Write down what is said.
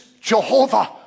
Jehovah